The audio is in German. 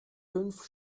fünf